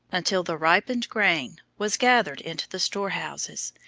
until the ripened grain was gathered into the store-houses,